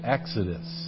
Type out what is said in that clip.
Exodus